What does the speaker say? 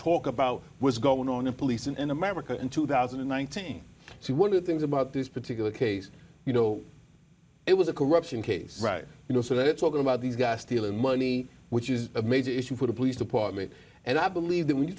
talk about was going on in policing in america in two thousand and nineteen so one of the things about this particular case you know it was a corruption case you know so they're talking about these guys stealing money which is a major issue for the police department and i believe that when you